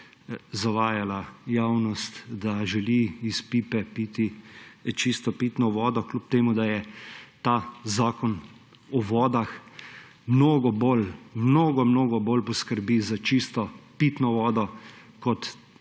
zavajala javnost, da želi iz pipe piti čisto pitno vodo, kljub temu da ta Zakon o vodah mnogo mnogo bolj poskrbi za čisto pitno vodo kot